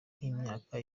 nk’imyaka